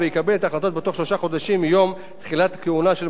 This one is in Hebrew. חודשים מיום תחילת כהונתה של מועצת העיר הנבחרת,